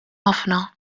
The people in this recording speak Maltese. ħafna